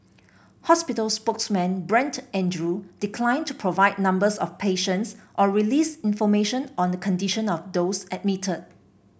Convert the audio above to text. hospital spokesman Brent Andrew declined to provide numbers of patients or release information on the condition of those admitted